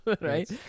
right